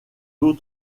eaux